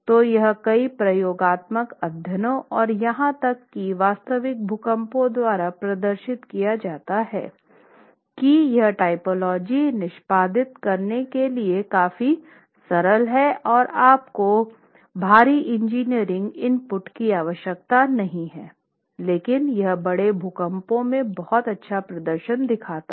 और यह कई प्रयोगात्मक अध्ययनों और यहां तक कि वास्तविक भूकंपों द्वारा प्रदर्शित किया जाता है की यह टाइपोलॉजी निष्पादित करने के लिए काफी सरल है और आपको भारी इंजीनियरिंग इनपुट की आवश्यकता नहीं है लेकिन यह बड़े भूकंपों में बहुत अच्छा प्रदर्शन दिखाता है